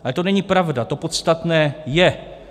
Ale to není pravda, to podstatné je.